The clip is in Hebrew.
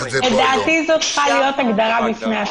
לדעתי זו צריכה להיות הגדרה בפני עצמה.